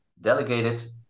delegated